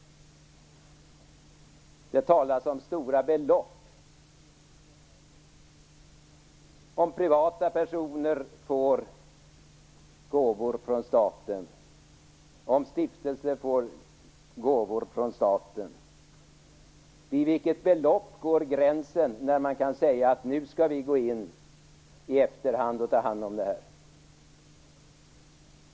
Det talas om stora belopp. Om privata personer får gåvor från staten och om stiftelser får gåvor från staten - vid vilket belopp går gränsen för när man kan säga att vi skall gå in i efterhand och ta hand om det här?